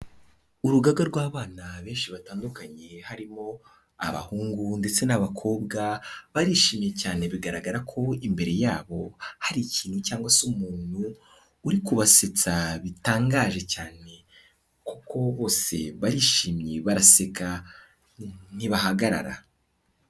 Urugaga rw'abana benshi batandukanye, harimo abahungu ndetse n'abakobwa, barishimye cyane bigaragara ko imbere yabo hari ikintu cyangwa se umuntu uri kubasetsa bitangaje cyane kuko bose barishimye baraseka ntibahagarara.